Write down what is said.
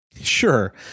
Sure